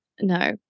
no